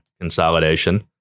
consolidation